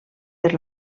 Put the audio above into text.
per